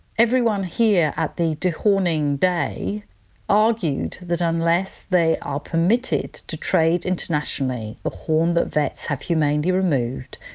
everyone here at the dehorning day argued that unless they are permitted to trade internationally the horn that vets have humanely removed,